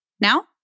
Now